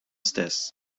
stess